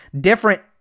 different